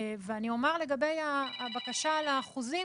ואני אומר לגבי הבקשה על האחוזים